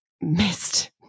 Missed